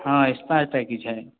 हॅं expire packet छै